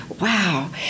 wow